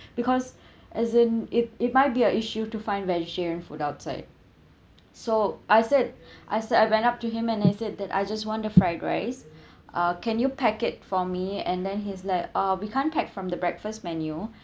because as in it it might be a issue to find vegetarian food outside so I said I said I went up to him and I said that I just want the fried rice uh can you pack it for me and then he is like uh we can't pack from the breakfast menu